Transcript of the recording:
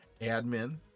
admin